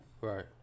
right